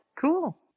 Cool